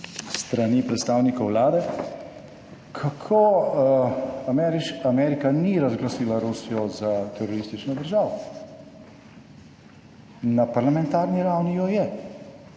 s strani predstavnikov Vlade, kako Amerika ni razglasila Rusijo za teroristično državo. Na parlamentarni ravni jo je.